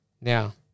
Now